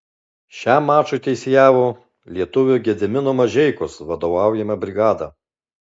šiam mačui teisėjavo lietuvio gedimino mažeikos vadovaujama brigada